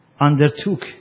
undertook